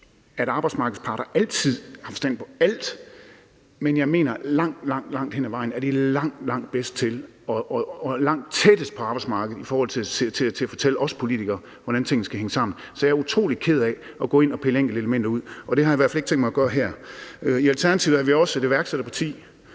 at arbejdsmarkedets parter altid har forstand på alt, men jeg mener, at langt, langt hen ad vejen er de langt, langt de bedste og tættest på arbejdsmarkedet i forhold til at fortælle os politikere, hvordan tingene skal hænge sammen. Så jeg er utrolig ked af at gå ind og pille enkeltelementer ud, og det har jeg i hvert fald ikke tænkt mig at gøre her. Alternativet er også et iværksætterparti,